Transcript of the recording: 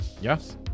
Yes